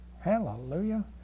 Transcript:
Hallelujah